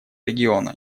региона